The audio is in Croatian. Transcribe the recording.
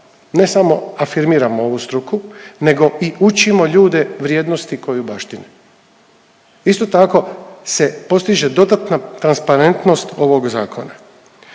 ne samo afirmiramo ovu struku nego i učimo ljude vrijednosti koju baštine. Isto tako se postiže dodatna transparentnost ovog zakona.